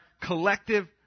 collective